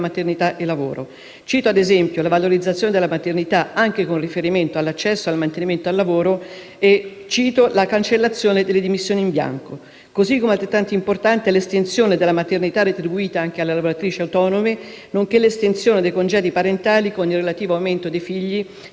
Cito, ad esempio, la valorizzazione della maternità, anche con riferimento all'accesso e al mantenimento del lavoro, e la cancellazione delle dimissioni in bianco. Altrettanto importante è l'estensione della maternità retribuita anche alle lavoratrici autonome, nonché l'estensione dei congedi parentali con il relativo aumento dei figli